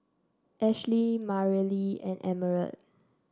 Ashli Mareli and Emerald